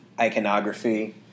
Iconography